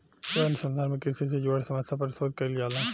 ए अनुसंधान में कृषि से जुड़ल समस्या पर शोध कईल जाला